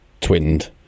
twinned